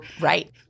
right